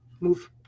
move